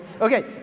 Okay